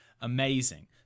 Amazing